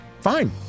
Fine